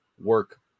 work